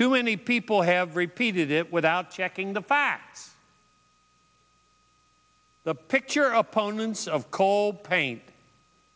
too many people have repeated it without checking the facts the pick your opponents of coal paint